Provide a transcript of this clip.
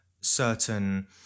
certain